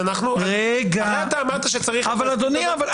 הרי אתה אמרת שצריך --- אדוני,